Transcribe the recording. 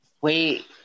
wait